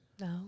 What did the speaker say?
No